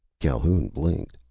calhoun blinked.